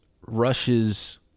rushes